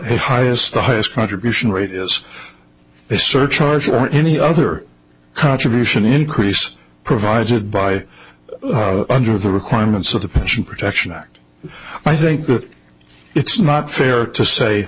highest the highest contribution rate is a surcharge or any other contribution increase provided by under the requirements of the pension protection act i think that it's not fair to say